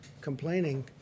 complaining